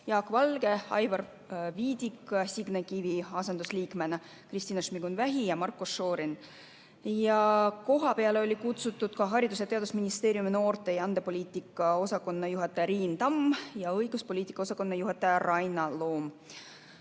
Jaak Valge, Aivar Viidik Signe Kivi asendusliikmena, Kristina Šmigun-Vähi ja Marko Šorin. Kohale olid kutsutud ka Haridus‑ ja Teadusministeeriumi noorte- ja andepoliitika osakonna juhataja Riin Tamm ja õiguspoliitika osakonna juhataja Raina